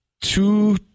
Two-